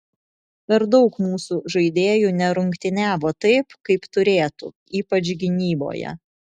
per daug mūsų žaidėjų nerungtyniavo taip kaip turėtų ypač gynyboje